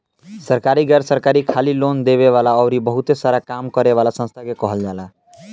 सरकारी, गैर सरकारी, खाली लोन देवे वाला अउरी बहुते सारा काम करे वाला संस्था के कहल जाला